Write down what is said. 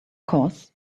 course